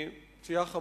פציעה חמורה.